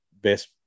best